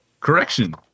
Correction